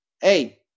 Hey